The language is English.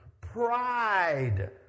Pride